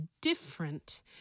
different